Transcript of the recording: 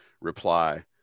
reply